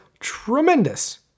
Tremendous